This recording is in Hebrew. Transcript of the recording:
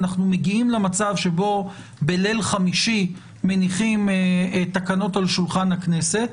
אנחנו מגיעים למצב שבו בליל חמישי מניחים תקנות על השולחן הכנסת,